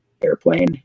airplane